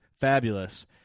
fabulous